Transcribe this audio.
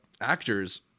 actors